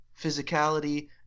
physicality